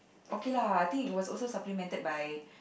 okay lah I think it was also supplemented by